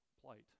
plight